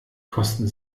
kosten